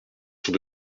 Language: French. sont